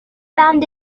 found